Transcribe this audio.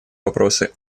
вопросы